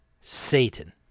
Satan